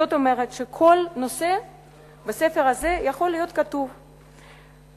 זאת אומרת שבספר הזה יכול להיות כתוב כל נושא.